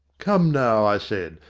come now, i said,